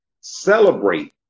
celebrate